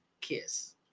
kiss